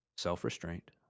Self-restraint